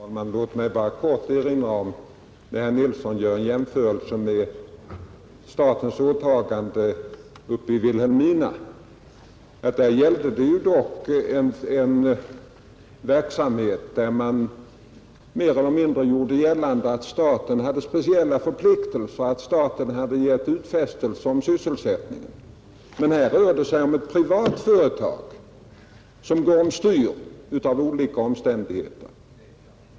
Herr talman! Låt mig bara kort erinra om, när herr Nilsson i Tvärålund gör en jämförelse med statens åtagande uppe i Vilhelmina, att det där dock gällde en verksamhet i fråga om vilken man mer eller mindre gjorde gällande att staten hade speciella förpliktelser, att staten hade givit utfästelse om sysselsättningen. Här rör det sig dock om ett privat företag, som går över styr på grund av olika omständigheter.